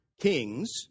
kings